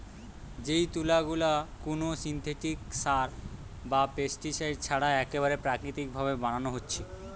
যেই তুলা গুলা কুনো সিনথেটিক সার বা পেস্টিসাইড ছাড়া একেবারে প্রাকৃতিক ভাবে বানানা হচ্ছে